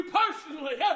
personally